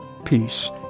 peace